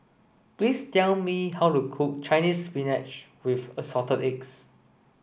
please tell me how to cook Chinese spinach with assorted eggs